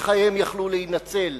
שחייהם יכלו להינצל